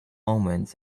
omens